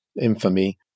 infamy